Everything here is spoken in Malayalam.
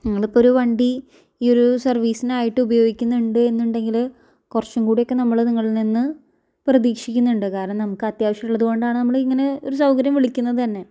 നിങ്ങളിപ്പമൊരു വണ്ടി ഈ ഒരു സർവ്വീസിനായിട്ട് ഉപയോഗിക്കുന്നുണ്ട് എന്നുണ്ടെങ്കിൽ കുറച്ചും കൂടെക്കെ നമ്മൾ നിങ്ങളിൽ നിന്ന് പ്രതീക്ഷിക്കുന്നുണ്ട് കാരണം നമുക്കത്യാവശ്യോള്ളത് കൊണ്ടാണ് നമ്മൾ ഇങ്ങനെ ഒരു സൗകര്യം വിളിക്കുന്നത് തന്നെ